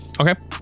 Okay